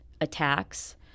attacks